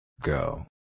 Go